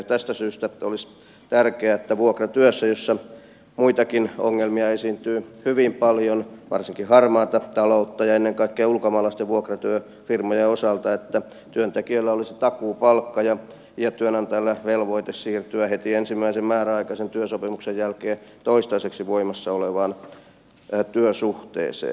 tästä syystä olisi tärkeää että vuokratyössä jossa muitakin ongelmia esiintyy hyvin paljon varsinkin harmaata taloutta ja ennen kaikkea ulkomaisten vuokratyöfirmojen osalta työntekijöillä olisi takuupalkka ja työnantajalla velvoite siirtyä heti ensimmäisen määräaikaisen työsopimuksen jälkeen toistaiseksi voimassa olevaan työsuhteeseen